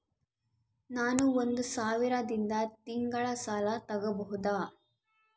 ನಾನು ಒಂದು ಸಾವಿರದಿಂದ ತಿಂಗಳ ಸಾಲ ತಗಬಹುದಾ?